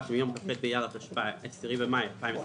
שמיום כ"ח באייר התשפ"א (10 במאי 2021)